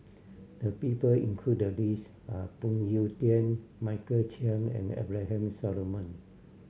the people included the list are Phoon Yew Tien Michael Chiang and Abraham Solomon